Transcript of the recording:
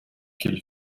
qu’elle